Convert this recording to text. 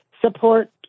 support